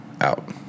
Out